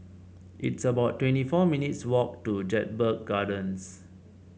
it's about twenty four minutes' walk to Jedburgh Gardens